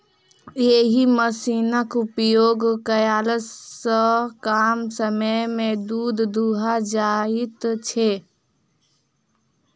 एहि मशीनक उपयोग कयला सॅ कम समय मे दूध दूहा जाइत छै